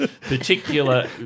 particular